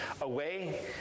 away